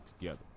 together